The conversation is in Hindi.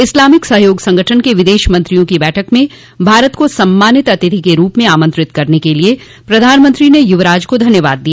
इस्लामिक सहयोग संगठन के विदेश मंत्रियों की बैठक में भारत को सम्मानित अतिथि के रूप में आमंत्रित करने के लिए प्रधानमंत्री ने यूवराज को धन्यवाद दिया